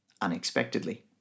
unexpectedly